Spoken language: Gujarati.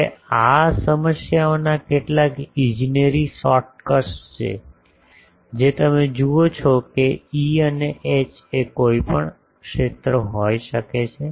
હવે આ સમસ્યાઓના કેટલાક ઇજનેરી શોર્ટકટ્સ છે જે તમે જુઓ છો કે E અને H એ કોઈપણ ક્ષેત્ર હોઈ શકે છે